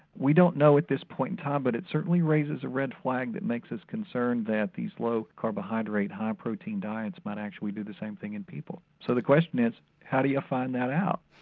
we don't know at this point in time but it certainly raises a red flag that makes us concerned that these low carbohydrate high protein diets might actually do the same thing in people. so the question is how do you find that out?